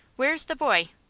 where's the boy?